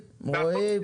רועי,